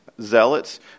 Zealots